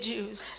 Jews